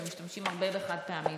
שמשתמשים הרבה בחד-פעמי,